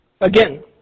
Again